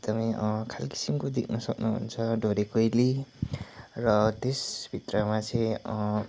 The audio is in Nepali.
एकदमै खाल किसिमको देख्नु सक्नुहुन्छ ढोँडे कोइली र त्यसभित्रमा चाहिँ